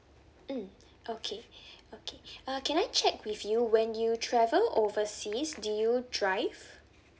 mm okay okay uh can I check with you when you travel overseas do you drive